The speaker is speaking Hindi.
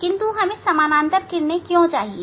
किंतु हमें समानांतर किरणें क्यों चाहिए